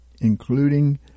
including